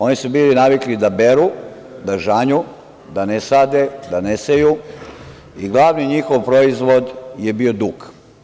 Oni su bili navikli da beru, da žanju, da ne sade, da ne seju i glavni njihov proizvod je bio dug.